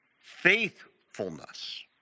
Faithfulness